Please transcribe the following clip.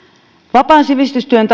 vapaan sivistystyön